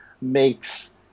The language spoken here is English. makes